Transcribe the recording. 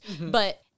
But-